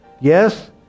Yes